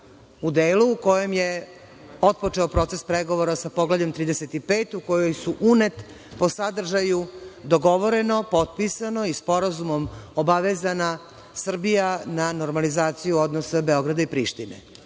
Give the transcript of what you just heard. u delu u kojem je otpočeo proces pregovora sa Poglavljem 35, u kojoj su unet po sadržaju - dogovoreno, potpisano i sporazumom obavezana Srbija na normalizaciju odnosa Beograda i Prištine.